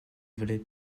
valait